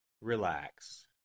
Relax